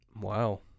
Wow